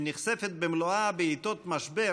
שנחשפת במלואה בעיתות משבר